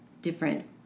different